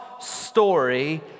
story